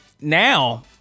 now